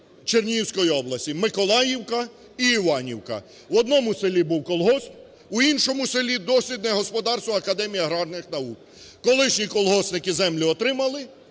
Чернігівської області, Миколаївка і Іванівка. В одному селі був колгосп, у іншому селі дослідне господарство Академії аграрних наук. Колишні колгоспники землю отримали,